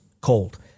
cold